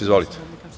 Izvolite.